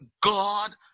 God